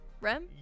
Rem